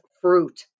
fruit